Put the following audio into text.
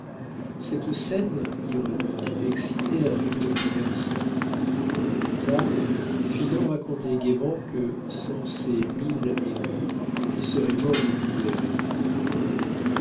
cette scène ironique excitait un rire universel plus tard finot racontait gaiement que sans ces mille écus il serait mort de misère et de douleur